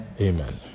Amen